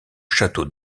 château